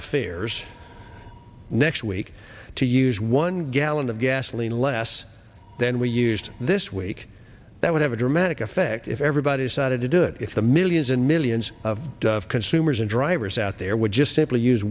affairs next week to use one gallon of gasoline less than we used this week that would have a dramatic effect if everybody started to do it if the millions and millions of consumers and drivers out there would just simply use